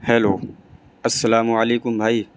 hello السلام علیکم بھائی